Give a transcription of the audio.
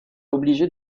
obligé